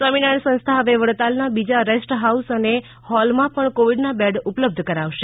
સ્વામિનારાયણ સંસ્થા હવે વડતાલના બીજા રેસ્ટ હાઉસ અને હોલમાં પણ કોવિડના બેડ ઉપલબ્ધ કરાવશે